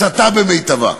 הסתה במיטבה.